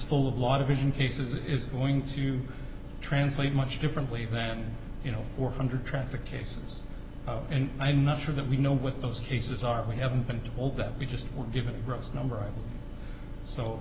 full of lot of vision cases is going to translate much differently than you know four hundred traffic cases and i'm not sure that we know with those cases are we haven't been told that we just weren't given a gross number so